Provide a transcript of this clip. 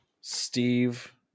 Steve